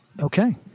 Okay